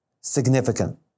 significant